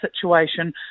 situation